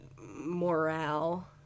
morale